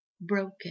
broken